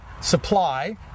supply